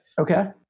Okay